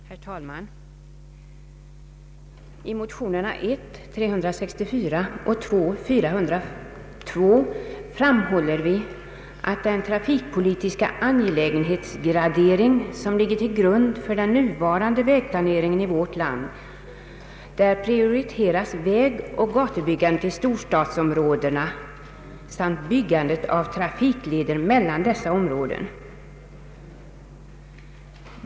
Herr talman! I motionerna I: 364 och II: 402 framhåller vi att i den trafikpolitiska angelägenhetsgradering som ligger till grund för den nuvarande vägplaneringen i vårt land prioriteras vägoch gatubyggandet i storstadsområdena samt byggandet av trafikleder mellan dessa områden.